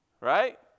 right